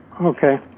Okay